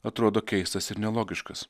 atrodo keistas ir nelogiškas